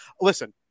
Listen